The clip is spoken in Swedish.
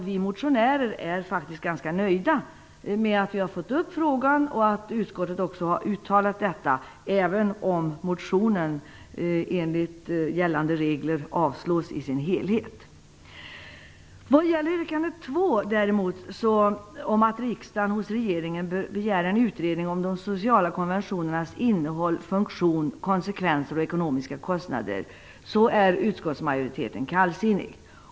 Vi motionärer är faktiskt ganska nöjda med att man har tagit upp frågan och att utskottet också har uttalat detta, även om motionen enligt gällande regler avslås i sin helhet. Vad gäller yrkande 2 om att riksdagen hos regeringen bör begära en utredning om de sociala konventionernas innehåll, funktion, konsekvenser och ekonomiska kostnader är utskottsmajoriteten däremot kallsinnig.